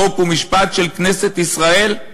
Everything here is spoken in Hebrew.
חוק ומשפט של כנסת ישראל?